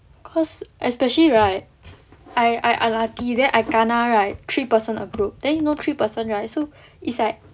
cause especially right I unlucky then I kena right three person a group then you know three person right so it's like